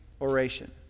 oration